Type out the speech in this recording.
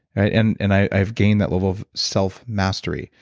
and and i've gained that level of selfmastery.